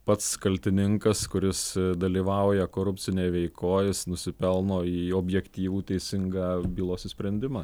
pats kaltininkas kuris dalyvauja korupcinėj veikoj jis nusipelno į objektyvų teisingą bylos išsprendimą